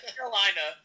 Carolina